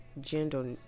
Gender